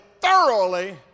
thoroughly